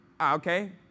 okay